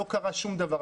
לא קרה שום דבר.